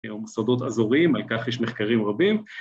‫או מוסדות אזוריים, ‫על כך יש מחקרים רבים.